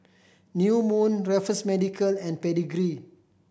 New Moon Raffles Medical and Pedigree